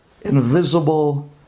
invisible